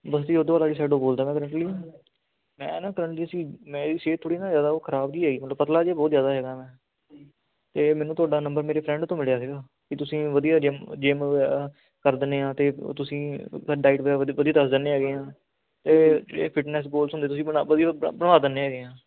ਬਸਤੀ ਬਦੋਵਾਲ ਵਾਲੀ ਸਾਈਡ ਤੋਂ ਬੋਲਦਾ ਪਿਆ ਮੈਂ ਨਾ ਮੇਰੀ ਸਿਹਤ ਥੋੜ੍ਹੀ ਨਾ ਜ਼ਿਆਦਾ ਉਹ ਖ਼ਰਾਬ ਜਿਹੀ ਆਈ ਮਤਲਬ ਪਤਲਾ ਜਿਹਾ ਹੀ ਬਹੁਤ ਜ਼ਿਆਦਾ ਹੈਗਾ ਮੈਂ ਅਤੇ ਮੈਨੂੰ ਤੁਹਾਡਾ ਨੰਬਰ ਮੇਰੇ ਫਰੈਂਡ ਤੋਂ ਮਿਲਿਆ ਸੀਗਾ ਕਿ ਤੁਸੀਂ ਵਧੀਆ ਜਿੰਮ ਜਿੰਮ ਵਗੈਰਾ ਕਰ ਦਿੰਦੇ ਹਾਂ ਅਤੇ ਉਹ ਤੁਸੀਂ ਡਾਈਟ ਵਗੈਰਾ ਵਧੀਆ ਦੱਸ ਦਿੰਦੇ ਹੈਗੇ ਆ ਅਤੇ ਇਹ ਫਿਟਨੈਸ ਬਹੁਤ ਤੁਸੀਂ ਬਣਾ ਵਧੀਆ ਬਣਾ ਦਿੰਦੇ ਹੈਗੇ ਆ